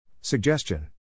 Suggestion